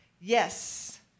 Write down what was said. yes